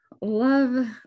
love